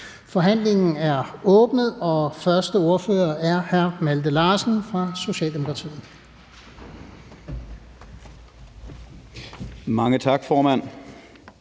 Forhandlingen er åbnet, og første ordfører er hr. Malte Larsen fra Socialdemokratiet.